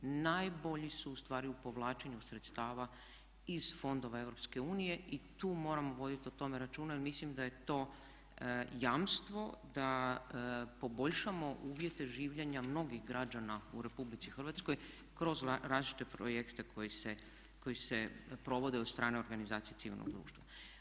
Najbolji su ustvari u povlačenju sredstava iz fondova EU i tu moramo voditi o tome računa jer mislim da je to jamstvo da poboljšamo uvjete življenja mnogih građana u RH kroz različite projekte koji se provode od strane organizacije civilnog društva.